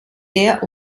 sehr